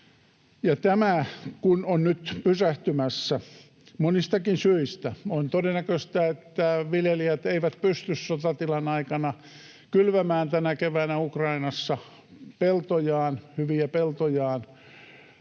Tämä on nyt pysähtymässä monistakin syistä. On todennäköistä, että viljelijät eivät pysty sotatilan aikana kylvämään tänä keväänä Ukrainassa peltojaan,